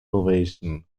ovation